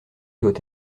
doit